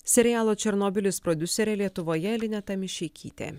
serialo černobylis prodiuserė lietuvoje lineta mišeikytė